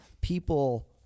people